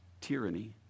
tyranny